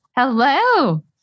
Hello